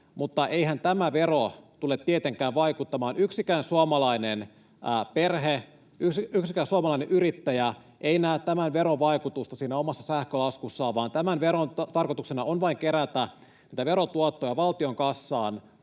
laskuihin. Yksikään suomalainen perhe, yksikään suomalainen yrittäjä ei näe tämän veron vaikutusta siinä omassa sähkölaskussaan, vaan tämän veron tarkoituksena on vain kerätä verotuottoja valtion kassaan,